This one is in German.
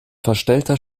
verstellter